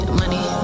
money